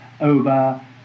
over